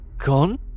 Gone